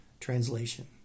Translation